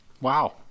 Wow